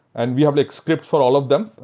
and we have like script for all of them.